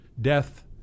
death